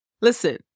Listen